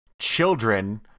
Children